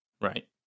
Right